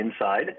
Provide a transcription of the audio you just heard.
inside